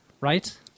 right